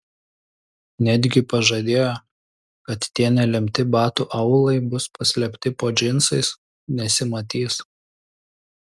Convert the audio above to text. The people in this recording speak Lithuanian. netgi pažadėjo kad tie nelemti batų aulai bus paslėpti po džinsais nesimatys